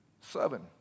Seven